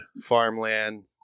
farmland